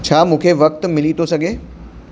छा मूंखे वक़्तु मिली थो सघे